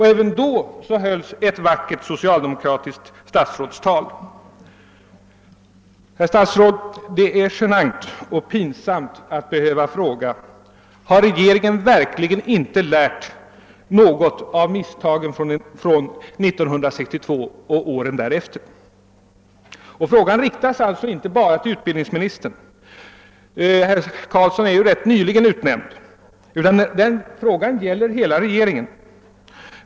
även då hölls ett vackert socialdemokratiskt statsrådstal. Herr statsråd! Det är genant och pinsamt att behöva fråga: Har regeringen verkligen inte lärt något av misstagen från 1962 och åren därefter? Frågan riktas alltså inte bara till utbildningsministern — herr Carlsson är ju rätt nyligen utnämnd — utan till hela regeringen.